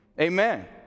Amen